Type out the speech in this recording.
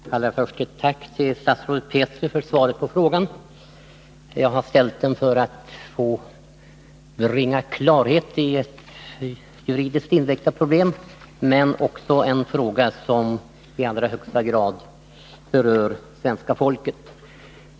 Herr talman! Allra först vill jag framföra ett tack till statsrådet Petri för svaret på frågan. Jag har ställt den för att bringa klarhet i ett juridiskt invecklat problem, men det är också en fråga som i allra högsta grad berör svenska folket.